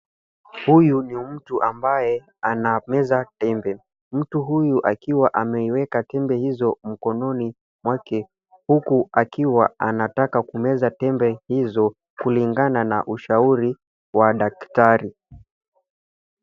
Huyu ni mtu ambaye anameza tembe. Mtu huyu akiwa ameiweka tembe hizo mikononi mwake huku akiwa anataka kumeza tembe hizo kulingana na ushauri wa daktari.